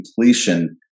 completion